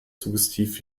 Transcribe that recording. suggestiv